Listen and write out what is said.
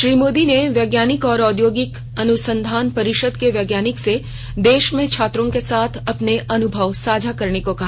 श्री मोदी ने वैज्ञानिक और औद्योगिक अनुसंधान परिषद के वैज्ञानिकों से देश में छात्रों के साथ अपने अनुभव साझा करने को कहा